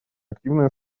активное